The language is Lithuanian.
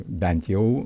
bent jau